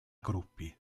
gruppi